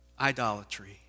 idolatry